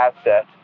asset